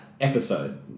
episode